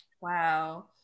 Wow